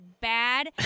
bad